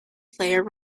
player